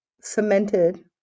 cemented